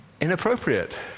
inappropriate